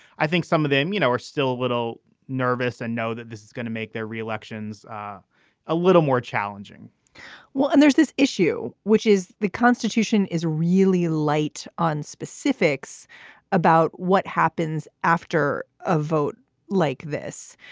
i think some of them, you know, are still a little nervous and know that this is going to make their re-elections ah a little more challenging well, and there's this issue, which is the constitution is really light on specifics about what happens after a vote like this.